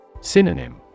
Synonym